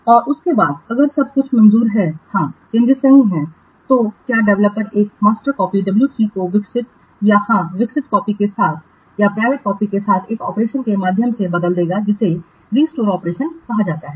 और उसके बाद अगर सब कुछ मंजूर है हाँ चेंजिंस सही हैं तो क्या डेवलपर इस मास्टर कॉपी डब्ल्यू 3 को विकसित या हां विकसित कॉपी के साथ या प्राइवेट कॉपी के साथ एक ऑपरेशन के माध्यम से बदल देगा जिसे रिस्टोर ऑपरेशन कहा जाता है